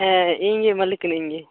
ᱦᱮᱸ ᱤᱧ ᱜᱮ ᱢᱟᱹᱞᱤᱠ ᱠᱟᱱᱟᱹᱧ ᱤᱧ ᱜᱮ